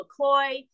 McCoy